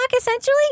essentially